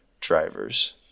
drivers